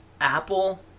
Apple